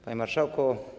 Panie Marszałku!